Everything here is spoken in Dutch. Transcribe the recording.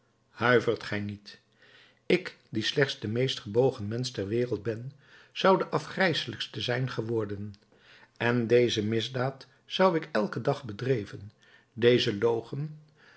huivert gij niet ik die slechts de meest gebogen mensch ter wereld ben zou de afschuwelijkste zijn geworden en deze misdaad zou ik elken dag bedreven dezen logen